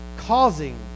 Causing